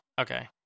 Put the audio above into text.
Okay